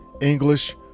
english